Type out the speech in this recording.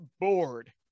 bored